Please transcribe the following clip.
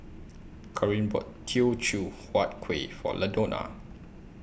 Corene bought Teochew Huat Kuih For Ladonna